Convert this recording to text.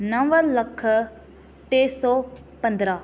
नवं लख टे सौ पंद्राहं